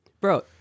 Bro